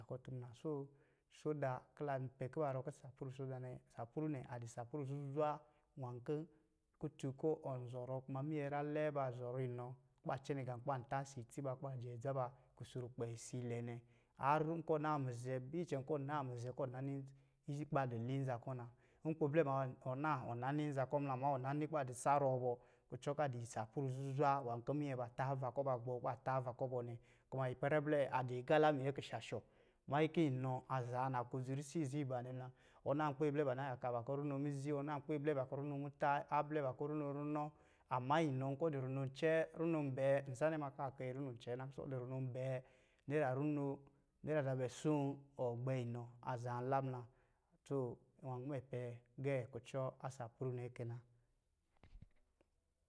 Kɔ̄ tɔ muna, soda kɔ̄ la nkɔ̄ saplu soda nɛ, saplu nɛ a dɔ̄ saplu zuzwa nwā kɔ̄ kutun kɔ̄ ɔn zɔrɔ kuma minyinyrā lɛɛ ba zɔrɔ inɔ kū ba cɛnɛ ngā kɔ̄ ban tā ɔsɔ̄ adza ba, kɔ̄ ban jɛ adza ba kusrukpɛ isa ilɛ nɛ, har n kɔ̄ ɔ naa mizɛ̄ bi icɛn kɔ̄ ɔ naa mizɛ̄ kɔ̄ ɔn nani ba dɔ̄ li nza'kɔ̄ na. Nkpi blɛ ɔ naa ɔnani nza ‘kɔ̄ muna ama ɔn na ni kɔ̄ ba dɔ̄ sarɔɔ bɔ, kucɔn kɔ̄ a dɔ̄ saplu zuzwa nwā kɔ̄ minyɛ ba tā ava kɔ̄ ba gbɔɔ kɔ̄ ba tā ava kɔ̄ bɔ nɛ. Kuma ipɛrɛ blɛ adɔ̄ agā la a minyɛ a kishashɔ mannyi kɔ̄ inɔ a zaa naklodzi risi izi ba nɛ muna, ɔnaa nkpi a nyɛ blɛ ba na yakaa ba kɔ̄ runo mlzi, ɔnaa nkpi nyɛ blɛ ba kɔ̄ runo muta, ablɛ ba kɔ̄ runo runɔ, ama inɔ nkɔ̄ ɔ dɔ̄ runoncɛɛ, runonbɛɛ, nzanɛ ma kɔ̄ akai runoncɛɛ na, n kɔ̄ ɔ dɔ̄ runon bɛɛ, naira runo, naira zabɛsōō ɔ gbɛ inɔ azaa nla muna gā kɔ̄ mɛ pɛ gɛ̄ kucɔ a saplu nɛ kɛ na.